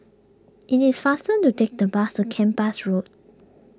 it is faster to take the bus to Kempas Road